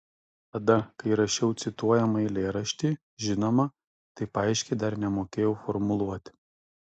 tada kai rašiau cituojamą eilėraštį žinoma taip aiškiai dar nemokėjau formuluoti